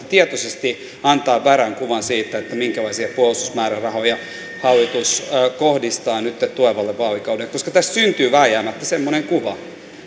tietoisesti antaa väärän kuvan siitä minkälaisia puolustusmäärärahoja hallitus kohdistaa nyt tulevalle vaalikaudelle tässä syntyy vääjäämättä semmoinen kuva